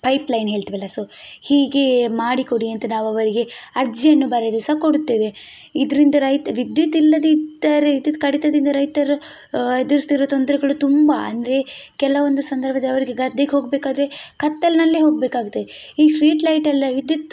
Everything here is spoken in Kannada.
ಪೈಪ್ ಲೈನ್ ಹೇಳ್ತೀವಲ್ಲ ಸೊ ಹೀಗೆ ಮಾಡಿಕೊಡಿ ಅಂತ ನಾವು ಅವರಿಗೆ ಅರ್ಜಿಯನ್ನು ಬರೆದು ಸಹ ಕೊಡ್ತೇವೆ ಇದರಿಂದ ಲೈಟ್ ವಿದ್ಯುತ್ತಿಲ್ಲದಿದ್ದರೆ ವಿದ್ಯುತ್ ಕಡಿತದಿಂದ ರೈತರು ಎದುರಿಸುತ್ತಿರುವ ತೊಂದರೆಗಳು ತುಂಬ ಅಂದರೆ ಕೆಲವೊಂದು ಸಂದರ್ಭದ ಅವರಿಗೆ ಗದ್ದೆಗೆ ಹೋಗಬೇಕಾದ್ರೆ ಕತ್ತಲಿನಲ್ಲೆ ಹೋಗಬೇಕಾಗುತ್ತೆ ಈ ಸ್ಟ್ರೀಟ್ ಲೈಟೆಲ್ಲ ವಿದ್ಯುತ್